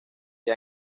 que